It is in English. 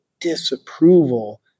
disapproval